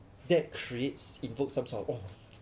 that creates evokes some sort of